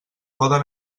poden